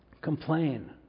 complain